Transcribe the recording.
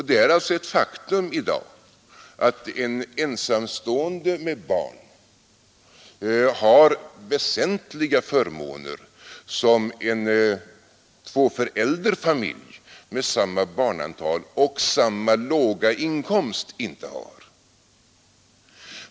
Det är alltså ett faktum i dag att en ensamstående med barn har väsentliga favörer som en tvåföräldrarsfamilj med samma barnantal och samma låga inkomst inte har.